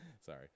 Sorry